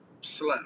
slow